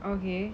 okay